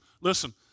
Listen